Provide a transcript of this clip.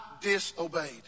disobeyed